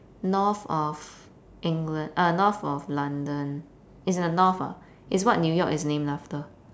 north of england uh north of london it's in the north ah it's what new york is named after